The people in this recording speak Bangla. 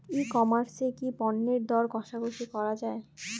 ই কমার্স এ কি পণ্যের দর কশাকশি করা য়ায়?